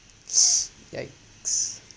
yikes